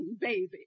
baby